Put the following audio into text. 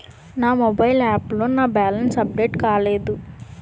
నా mobile app లో నా బ్యాలెన్స్ అప్డేట్ కాలేదు